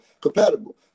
compatible